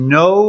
no